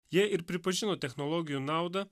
jie ir pripažino technologijų naudą